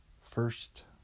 First